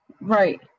Right